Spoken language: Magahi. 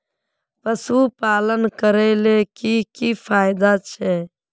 पशुपालन करले की की फायदा छे?